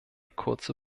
kurze